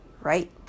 right